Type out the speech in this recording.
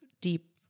deep